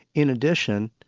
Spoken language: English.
in addition,